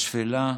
בשפלה,